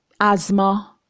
asthma